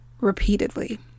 repeatedly